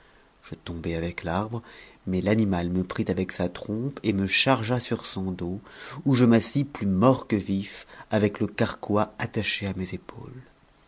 je tombai avec l'arbre mais l'animal me prit avec sa trnn et me chargea sur son dos ou je m'assis plus mort que vif avec le carquois attache à mes épaules